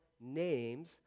names